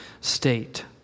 state